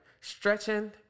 stretching